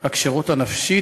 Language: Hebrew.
הכשירות הנפשית,